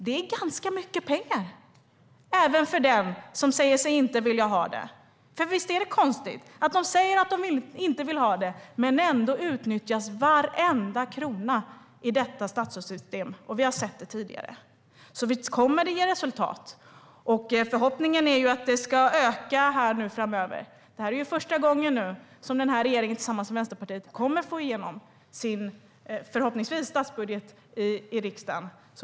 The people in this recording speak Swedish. Det är ganska mycket pengar även för den som säger sig inte vilja ha det. Visst är det konstigt att de säger att de inte vill ha det, och ändå utnyttjas varenda krona i detta statsstödssystem. Vi har sett det tidigare. Visst kommer det att ge resultat. Förhoppningen är att det ska öka framöver. Det är nu första gången som regeringen tillsammans med Vänsterpartiet förhoppningsvis kommer att få igenom sin statsbudget i riksdagen.